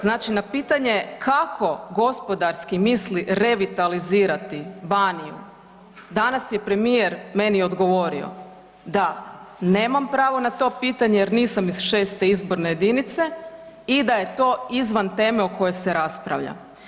Znači na pitanje kako gospodarski misli revitalizirati Baniju, danas je premijer meni odgovorio da nemam pravo na to pitanje jer nisam iz 6. izborne jedinice i da je to izvan teme o kojoj se raspravlja.